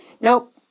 nope